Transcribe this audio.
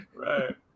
Right